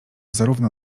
zarówno